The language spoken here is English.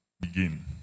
begin